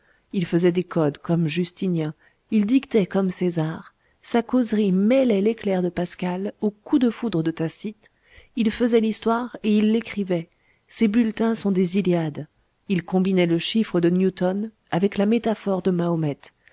il faisait des codes comme justinien il dictait comme césar sa causerie mêlait l'éclair de pascal au coup de foudre de tacite il faisait l'histoire et il l'écrivait ses bulletins sont des iliades il combinait le chiffre de newton avec la métaphore de mahomet